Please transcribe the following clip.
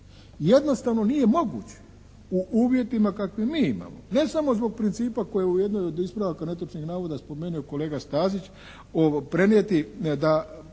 Jednostavno nije moguće u uvjetima kakve mi imamo ne samo zbog principa koji u jednoj od ispravaka netočnih navoda spomenuo kolega Stazić, prenijeti da